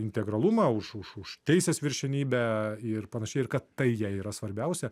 integralumą už už teisės viršenybę ir panašiai ir kad tai jai yra svarbiausia